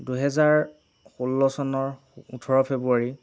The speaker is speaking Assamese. দুহেজাৰ ষোল্ল চনৰ ওঠৰ ফেব্ৰুৱাৰী